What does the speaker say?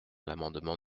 l’amendement